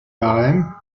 harem